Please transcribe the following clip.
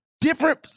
different